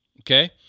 okay